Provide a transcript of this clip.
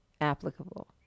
applicable